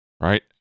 right